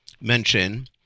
mention